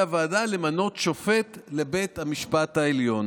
הוועדה כדי למנות שופט לבית המשפט העליון,